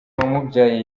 wamubyaye